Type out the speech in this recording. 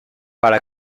para